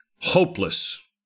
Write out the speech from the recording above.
hopeless